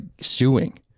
suing